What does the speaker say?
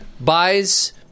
buys